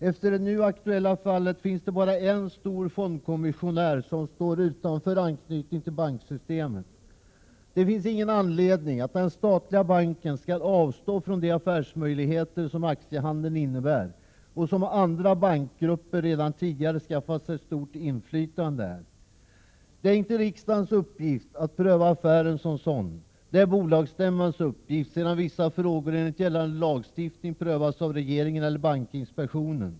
Efter det nu aktuella förvärvet finns det bara en stor fondkommissionär utan anknytning till banksystemet. Det finns ingen anledning att den statliga banken skall avstå från de affärsmöjligheter som aktiehandeln innebär och som andra bankgrupper redan tidigare skaffat sig stort inflytande i. Det är inte riksdagens uppgift att pröva affären som sådan. Detta är bolagsstämmans uppgift sedan vissa frågor enligt gällande lagstiftning prövats av regeringen eller bankinspektionen.